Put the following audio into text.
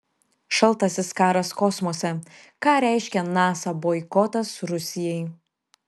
šaltasis karas kosmose ką reiškia nasa boikotas rusijai